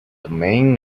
domain